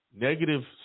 negative